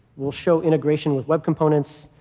we'll show integration with web components,